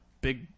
big